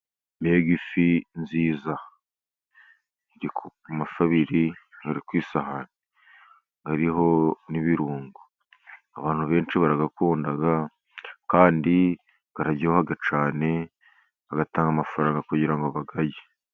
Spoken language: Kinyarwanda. Mbega ifi nziza! Amafi abiri ari ku isahani hariho n'ibirungo, abantu benshi barayakunda kandi araryoha cyane batanga amafaranga kugira ngo bayarye.